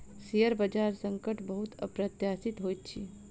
share बजार संकट बहुत अप्रत्याशित होइत अछि